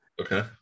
Okay